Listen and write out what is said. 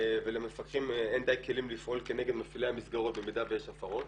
ולמפקחים אין דיי כלים לפעול כנגד מפעילי המסגרות במידה ויש הפרות.